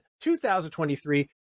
2023